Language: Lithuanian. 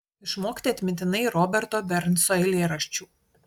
išmokti atmintinai roberto bernso eilėraščių